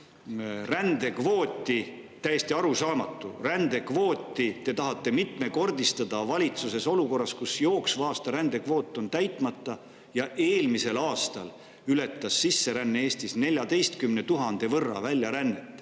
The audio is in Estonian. Rändekvooti – täiesti arusaamatu! – te tahate mitmekordistada valitsuses, olukorras, kus jooksva aasta rändekvoot on täitmata. Eelmisel aastal ületas sisseränne Eestis 14 000 võrra väljarännet.